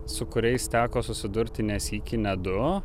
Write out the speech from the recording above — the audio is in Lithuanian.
su kuriais teko susidurti ne sykį ne du